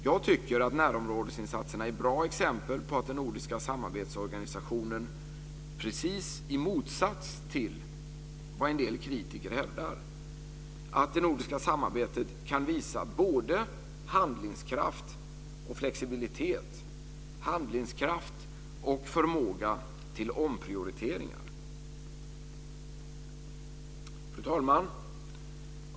Jag tycker att närområdesinsatserna är bra exempel på att den nordiska samarbetsorganisationen - precis i motsats till vad en del kritiker hävdar - kan visa både handlingskraft, flexibilitet och förmåga till omprioriteringar. Fru talman!